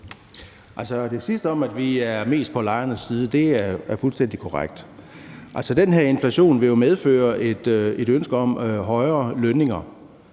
Det sidste om, at vi er mest på lejernes side, er fuldstændig korrekt. Den her inflation vil jo medføre et ønske om højere lønninger,